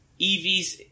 EVs